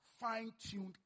fine-tuned